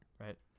right